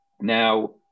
Now